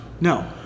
No